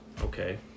Okay